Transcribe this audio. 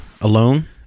Alone